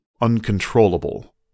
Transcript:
uncontrollable